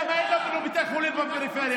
למה אין לנו בתי חולים בפריפריה?